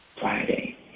Friday